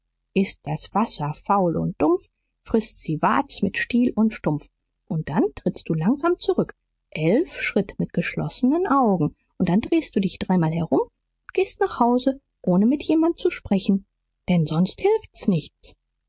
ist das wasser faul und dumpf frißt's die warz mit stiel und stumpf und dann trittst du langsam zurück elf schritt mit geschlossenen augen und dann drehst du dich dreimal herum und gehst nach hause ohne mit jemand zu sprechen denn sonst hilft's nichts